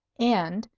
and,